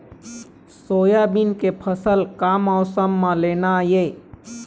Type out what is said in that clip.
Soybean के फसल का मौसम म लेना ये?